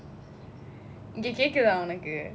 இங்ககேக்குதாஉனக்கு:inga kekutha unaku